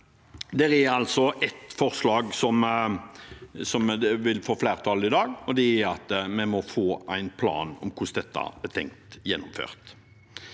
det er ett forslag som vil få flertall i dag, og det er at vi må få en plan for hvordan dette er tenkt gjennomført.